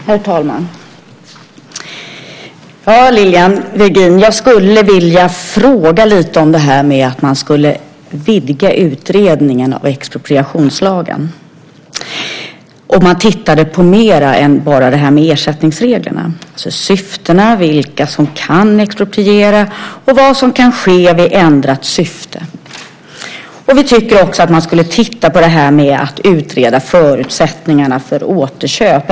Herr talman! Man skulle vidga utredningen av expropriationslagen om man tittade på mer än bara ersättningsreglerna, Lilian Virgin. Det handlar om syftena, vilka som kan expropriera och vad som kan ske vid ändrat syfte. Vi tycker också att man skulle titta på att utreda förutsättningarna för återköp.